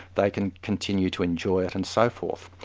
they can continue to enjoy it and so forth.